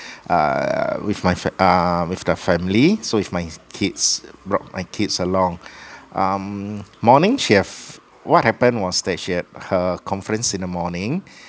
err with my fa~ err with the family so with my kids brought my kids along um morning she have what happened was that she had her conference in the morning